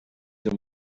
her